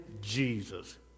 Jesus